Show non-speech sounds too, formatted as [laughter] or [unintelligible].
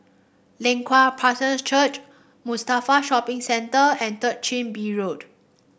Leng Kwang [unintelligible] Church Mustafa Shopping Centre and Third Chin Bee Road